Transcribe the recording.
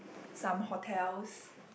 some hotels